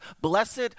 Blessed